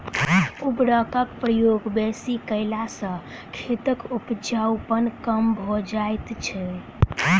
उर्वरकक प्रयोग बेसी कयला सॅ खेतक उपजाउपन कम भ जाइत छै